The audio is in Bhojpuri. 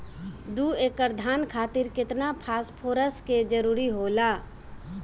दु एकड़ धान खातिर केतना फास्फोरस के जरूरी होला?